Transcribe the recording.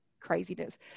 craziness